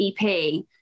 EP